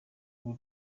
ubu